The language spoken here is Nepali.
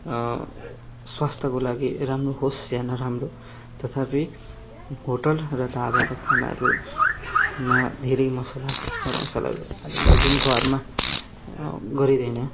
स्वास्थ्यको लागि राम्रो होस् वा नराम्रो तथापि होटेल र ढाबाका खानाहरूमा धेरै मसला मर मसलाहरू हालिन्छ जुन घरमा गरिँदैन